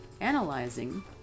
Analyzing